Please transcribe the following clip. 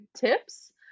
tips